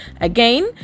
Again